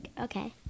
Okay